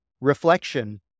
Reflection